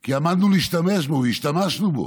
כי עמדנו להשתמש בו, והשתמשנו בו.